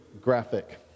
graphic